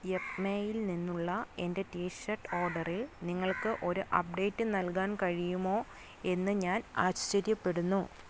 യെപ്മേയിൽ നിന്നുള്ള എൻ്റെ T shirt ഓഡറിൽ നിങ്ങൾക്ക് ഒരു അപ്ഡേറ്റ് നൽകാൻ കഴിയുമോ എന്ന് ഞാൻ ആശ്ചര്യപ്പെടുന്നു